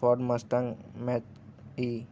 Ford Mustang Mach ఈ